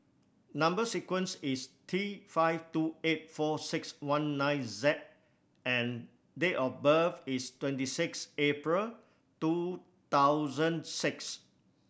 number sequence is T five two eight four six one nine Z and date of birth is twenty six April two thousand six